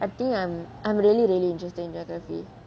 I think I'm I'm really really interested in geography